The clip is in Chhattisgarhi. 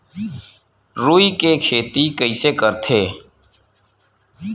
रुई के खेती कइसे करथे?